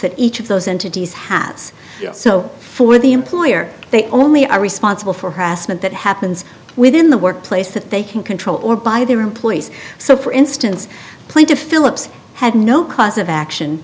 that each of those entities has so for the employer they only are responsible for harassment that happens within the workplace that they can control or by their employees so for instance plan to phillips had no cause of action